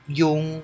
yung